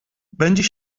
będzie